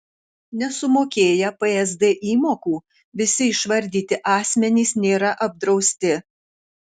nesumokėję psd įmokų visi išvardyti asmenys nėra apdrausti